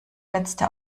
letzte